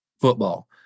football